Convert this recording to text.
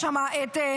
יש שם את,